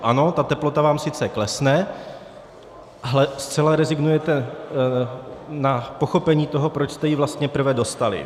Ano, ta teplota vám sice klesne, ale zcela rezignujete na pochopení toho, proč jste ji vlastně prve dostali.